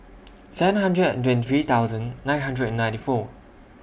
seven hundred and twenty three thousand nine hundred and ninety four